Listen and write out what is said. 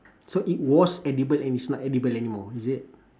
so it was edible and it's not edible anymore is it